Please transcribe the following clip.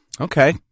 Okay